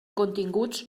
continguts